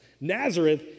Nazareth